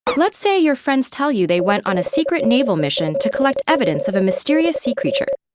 but let's say your friends tell you they went on a secret naval mission to collect evidence of a mysterious sea creature.